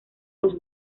los